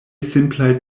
simplaj